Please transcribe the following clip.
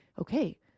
okay